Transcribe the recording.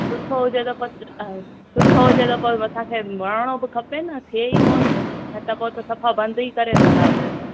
सुठो हुजे त पर सुठो हुजे त पर असांखे वणिणो बि खपे न थिए ई कोन थो न त पोइ त सफ़ा बंदि ई करे रखंदासी असां